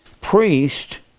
priest